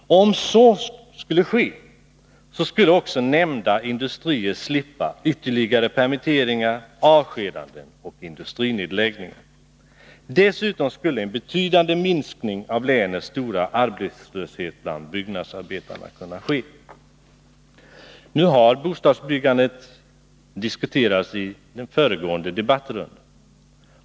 Om så skulle ske, skulle också nämnda industri slippa ytterligare permitteringar, avskedanden och industrinedläggningar. Dessutom skulle en betydande minskning av länets stora arbetslöshet bland byggnadsarbetarna kunna ske. Nu har bostadsbyggandet diskuterats i den föregående debattrundan.